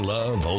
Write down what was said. Love